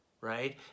right